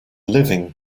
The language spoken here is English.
living